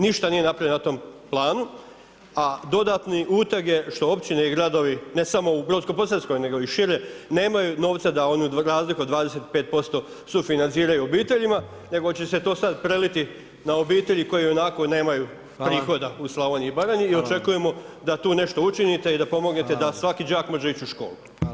Ništa nije napravljeno na tom planu, a dodatni uteg je što općine i gradovi ne samo u Brodsko-posavskoj nego i šire nemaju novca da onu razliku od 25% sufinanciraju obiteljima nego će se to sad preliti na obitelji koje ionako nemaju prihoda u Slavoniji i Baranji i očekujemo da tu nešto učinite i da pomognete da svaki đak može ići u školu.